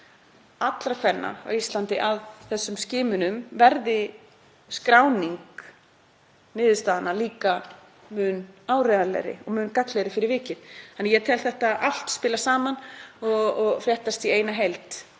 allra kvenna á Íslandi að þessum skimunum verði skráning niðurstaðna líka mun áreiðanlegri og mun gagnlegri fyrir vikið, þannig að ég tel þetta allt spila saman og fréttast í eina heild